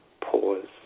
pause